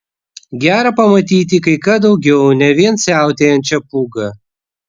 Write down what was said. gera pamatyti kai ką daugiau ne vien siautėjančią pūgą